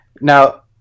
Now